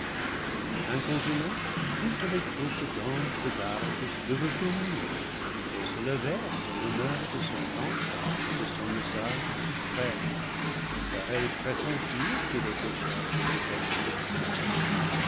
incontinent toutes les troupes d'anges de garde le reconnurent et se levèrent en honneur de son rang et de son message suprême car elles pressentirent qu'il était chargé de quelque haut message